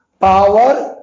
power